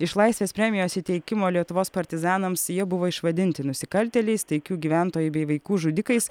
iš laisvės premijos įteikimo lietuvos partizanams jie buvo išvadinti nusikaltėliais taikių gyventojų bei vaikų žudikais